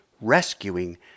rescuing